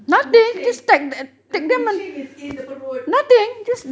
kucing the kucing is in the perut